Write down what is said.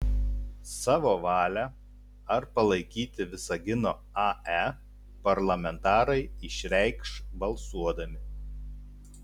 savo valią ar palaikyti visagino ae parlamentarai išreikš balsuodami